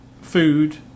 food